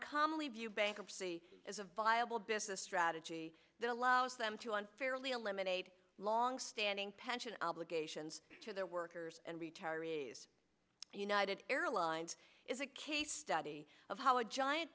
commonly view bankruptcy as a viable business strategy that allows them to on fairly eliminate long standing pension obligations to their workers and retirees united airlines is a case study of how a giant